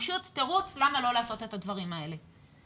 פשוט תירוץ למה לא לעשות את הדברים האלה.